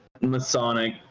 Masonic